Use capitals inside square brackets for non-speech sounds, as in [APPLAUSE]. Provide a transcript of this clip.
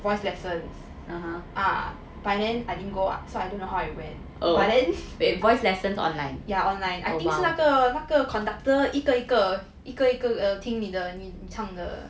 voice lessons ah but then I didn't go [what] so I don't know how it went but then [LAUGHS] yeah online I think 是那个那个 conductor 一个一个一个一个听你的你唱的